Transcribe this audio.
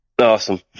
Awesome